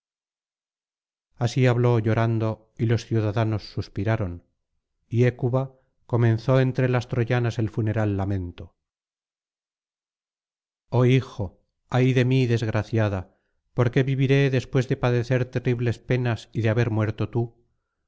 así habló llorando y los ciudadanos suspiraron y hécuba comenzó entre las troyanas el funeral lamento oh hijo ay de mí desg raciada por qué viviré después de padecer terribles penas y de haber muerto tú